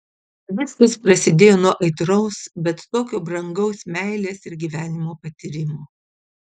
viskas prasidėjo nuo aitraus bet tokio brangaus meilės ir gyvenimo patyrimo